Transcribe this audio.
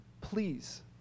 please